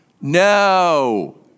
No